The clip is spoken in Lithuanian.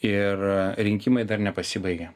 ir rinkimai dar nepasibaigė